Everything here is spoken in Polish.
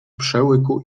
przełyku